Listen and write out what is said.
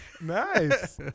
nice